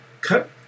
cut